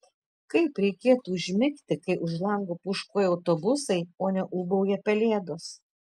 kaip reikėtų užmigti kai už lango pūškuoja autobusai o ne ūbauja pelėdos